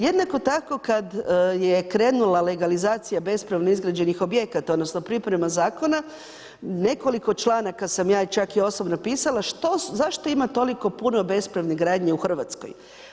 Jednako tako kad je krenula legalizacija bespravno izgrađenih objekata, odnosno priprema zakona, nekoliko članaka sam ja čak i osobno pisala, što su, zašto ima toliko puno bespravne gradnje u Hrvatskoj.